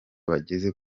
bageze